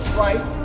right